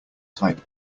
type